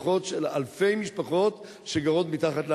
אלפי משפחות שגרות מתחת לאדמה.